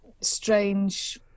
strange